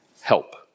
help